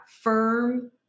firm